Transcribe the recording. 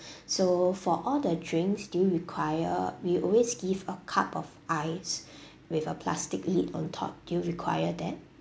so for all the drinks do you require we always give a cup of ice with a plastic lid on top do you require that